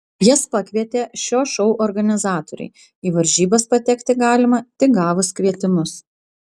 jas pakvietė šio šou organizatoriai į varžybas patekti galima tik gavus kvietimus